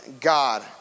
God